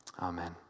Amen